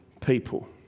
people